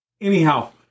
Anyhow